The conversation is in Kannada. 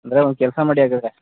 ಅಂದರೆ ಒಂದು ಕೆಲಸ ಮಾಡಿ ಹಾಗಾದ್ರೆ